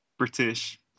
British